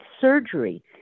surgery